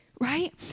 right